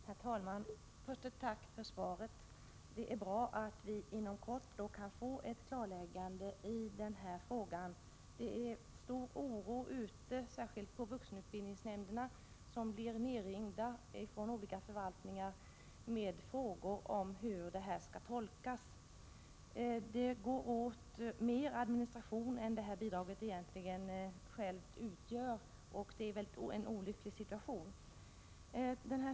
Herr talman! Jag vill börja med att framföra ett tack för svaret. Det är bra att vi inom kort kan få ett klarläggande i denna fråga. Det råder stor oro, särskilt på vuxenutbildningsnämnderna, som blir nerringda från olika förvaltningar med frågor om hur bestämmelserna skall tolkas. Administrationen kostar mer än själva bidraget, och det är en olycklig situation.